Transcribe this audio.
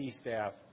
staff